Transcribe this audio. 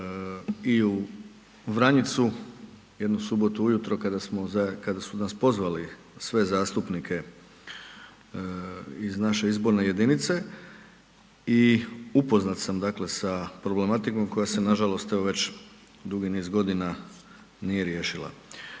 i u Vranjicu, jednu subotu ujutro kada smo, kada su nas pozvali sve zastupnike iz naše izborne jedinice i upoznat sam dakle sa problematikom koja se nažalost evo već dugi niz godina nije riješila.